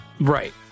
Right